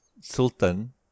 Sultan